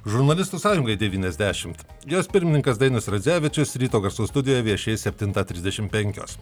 žurnalistų sąjungai devyniasdešimt jos pirmininkas dainius radzevičius ryto garsų studijoje viešės septintą trisdešim penkios